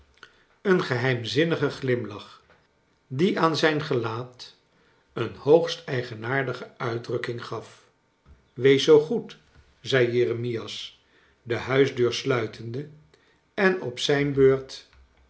een geheimzinnigen glimlach die aan zijn gelaat een hoogst eigenaardige uitdrukking gaf wees zoo goed zei jeremias de huisdeur sluitende en op zijn beurt